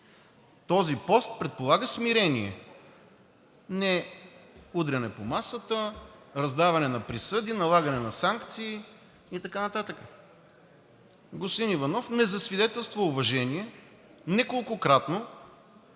Този пост предполага смирение, а не удряне по масата, раздаване на присъди, налагане на санкции и така нататък. Господин Иванов не засвидетелства уважение – неколкократно,